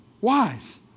wise